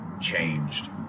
changed